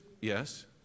yes